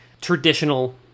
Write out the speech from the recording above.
traditional